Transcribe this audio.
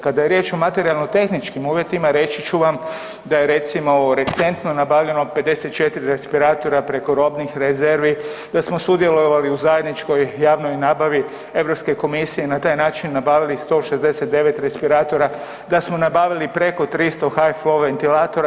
Kada je riječ o materijalnim tehničkim uvjetima reći ću vam da je recimo recentno nabavljeno 54 respiratora preko robnih rezervi, da smo sudjelovali u zajedničkoj javnoj nabavi Europske komisije i na taj nabavili 169 respiratora, da smo nabavili preko 300 HI-Flow ventilatora.